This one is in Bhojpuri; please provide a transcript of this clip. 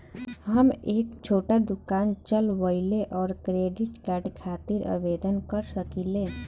हम एक छोटा दुकान चलवइले और क्रेडिट कार्ड खातिर आवेदन कर सकिले?